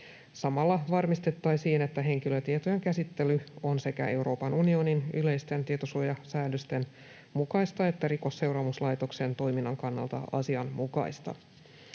Samalla varmistettaisiin, että henkilötietojen käsittely on sekä Euroopan unionin yleisten tietosuojasäädösten mukaista että Rikosseuraamuslaitoksen toiminnan kannalta asianmukaista.